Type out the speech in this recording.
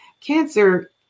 cancer